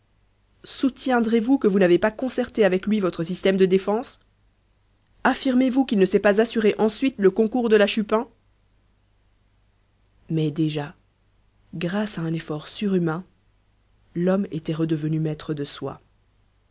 soutiendrez vous que vous n'avez pas concerté avec lui votre système de défense affirmez vous qu'il ne s'est pas assuré ensuite le concours de la chupin mais déjà grâce à un effort surhumain l'homme était redevenu maître de soi